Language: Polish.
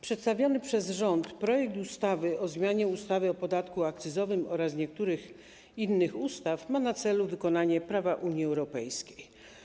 Przedstawiony przez rząd projekt ustawy o zmianie ustawy o podatku akcyzowym oraz niektórych innych ustaw ma na celu wykonanie prawa Unii Europejskiej.